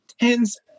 tens